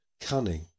cunning